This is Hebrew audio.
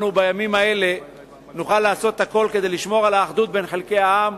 בימים האלה נוכל לעשות הכול כדי לשמור על האחדות בין חלקי העם,